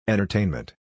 Entertainment